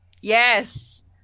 Yes